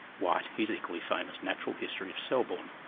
white his equally famous natural history of selborne,